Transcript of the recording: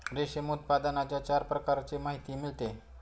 रेशीम उत्पादनाच्या चार प्रकारांची माहिती मिळते